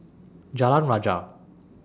Jalan Rajah